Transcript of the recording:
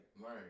right